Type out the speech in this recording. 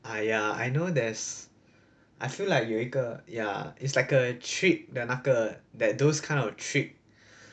ah yeah I know there's I feel like 有一个 ya it's like a trick 的那个 that those kind of trick